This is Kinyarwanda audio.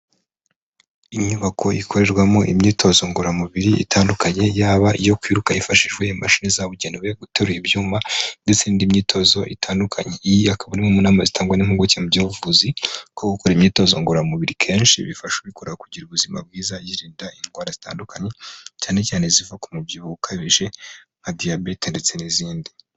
Inyubako ikorerwamo imyitozo ngororamubiri itandukanye, yaba iyo kwiruka yifashishijwe imashini zabugenewe, guterura ibyuma ndetse n'indi myitozo itandukanye, iyi akaba ari imwe mu nama zitangwa n'impuguke mu by'ubuvuzi ko gukora imyitozo ngoramubiri kenshi, bifasha ubikora kugira ubuzima bwiza yirinda indwara zitandukanye, cyane cyane ziva ku mubyibuho ukabije nka diyabete ndetse n'izindi.